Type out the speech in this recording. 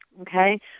Okay